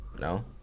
No